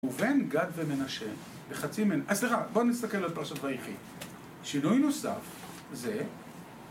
ראובן, גד ומנשה, וחצי מ... סליחה, בוא נסתכל על פרשת ויכי. שינוי נוסף, זה...